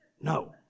No